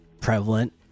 prevalent